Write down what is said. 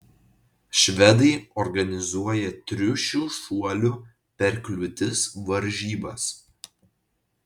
švedai organizuoja triušių šuolių per kliūtis varžybas